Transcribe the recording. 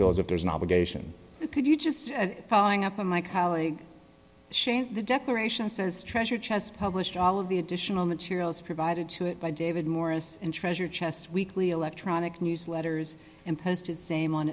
feel as if there's an obligation could you just following up on my colleague the declaration says treasure chest published all of the additional materials provided by david morris and treasure chest weekly electronic newsletters and posted same on